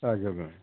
हजुर